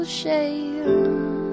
shame